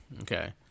Okay